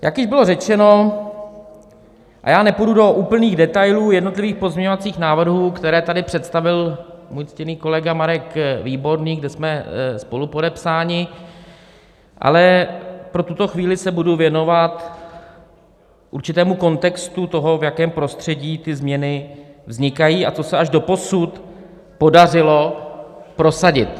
Jak již bylo řečeno, a já nepůjdu do úplných detailů jednotlivých pozměňovacích návrhů, které tady představil můj ctěný kolega Marek Výborný, kde jsme spolupodepsáni, ale pro tuto chvíli se budu věnovat určitému kontextu toho, v jakém prostředí ty změny vznikají a co se až doposud podařilo prosadit.